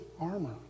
armor